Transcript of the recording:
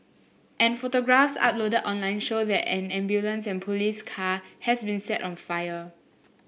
and photographs uploaded online show that an ambulance and police car has been set on fire